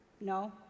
No